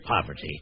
poverty